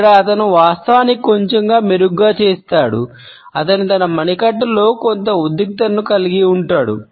ఇక్కడ అతను వాస్తవానికి కొంచెం మెరుగ్గా చేస్తాడు అతను తన మణికట్టులో కొంత ఉద్రిక్తతను కలిగి ఉంటాడు